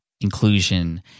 inclusion